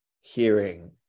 hearing